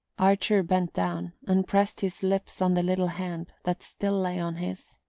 archer bent down and pressed his lips on the little hand that still lay on his.